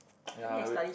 ya wait